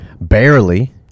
Barely